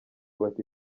bati